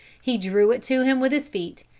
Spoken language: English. he drew it to him with his feet,